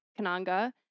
kananga